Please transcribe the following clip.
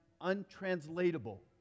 untranslatable